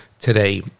today